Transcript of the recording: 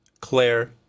claire